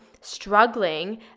struggling